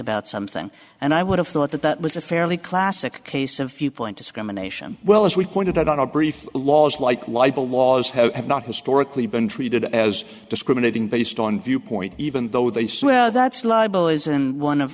about something and i would have thought that that was a fairly classic case of viewpoint discrimination well as we pointed out on our brief laws like libel laws have not historically been treated as discriminating based on viewpoint even though they swear that's libel isn't one of